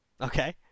Okay